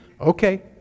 Okay